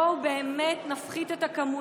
בואו באמת נפחית את הכמויות.